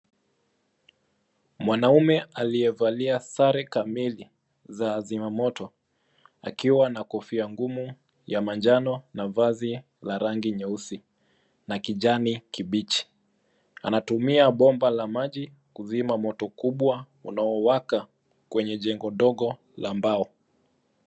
Mwanamme aliyevalia sare kamili za wazima moto akiwa na kofia ngumu ya manjano na vazi la rangi nyeusi na kijani kibichi. Anatumia bomba la maji kuzima moto kubwa unaowaka kwenye jengo dogo la mbao.